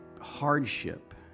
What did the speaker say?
hardship